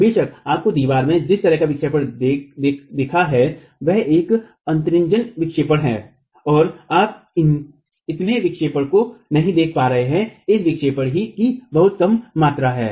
बेशक आपने दीवार में जिस तरह का विक्षेपण देखा है वह एक अतिरंजित विक्षेपण है और आप इतने विक्षेपण को नहीं देख पा रहे हैं यह विक्षेपण की बहुत कम मात्रा है